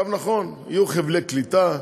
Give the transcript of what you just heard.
נכון, יהיו חבלי קליטה,